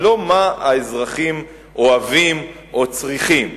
היא לא מה האזרחים אוהבים או צריכים,